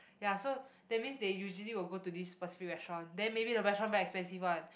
ya so that means they usually will go to this specific restaurant then maybe the restaurant very expensive one